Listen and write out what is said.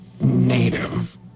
native